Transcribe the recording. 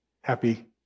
happy